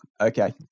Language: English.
okay